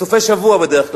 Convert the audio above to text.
בסופי-שבוע בדרך כלל,